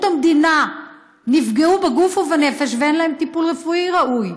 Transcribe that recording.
המדינה בגוף ובנפש ואין להם טיפול רפואי ראוי.